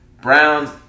Browns